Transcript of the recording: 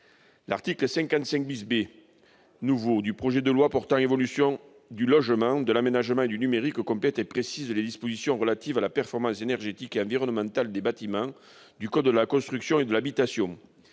L'article 55 B nouveau du projet de loi portant évolution du logement, de l'aménagement et du numérique complète et précise les dispositions relatives à la performance énergétique et environnementale des bâtiments du code de la construction et de l'habitation